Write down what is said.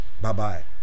Bye-bye